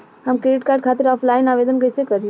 हम credit card खातिर offline आवेदन कइसे करि?